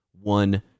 one